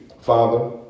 Father